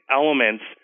elements